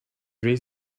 raise